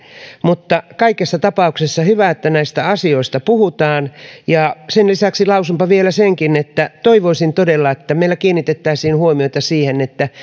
kaikessa tapauksessa hyvä että näistä asioista puhutaan sen lisäksi lausunpa vielä senkin että toivoisin todella että meillä kiinnitettäisiin huomiota siihen että